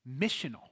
missional